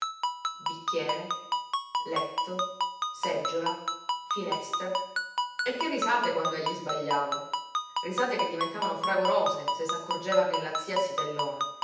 bicchiere letto seggiola finestra e che risate quando egli sbagliava risate che diventavano fragorose se s'accorgeva che la zia